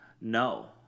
No